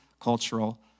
cultural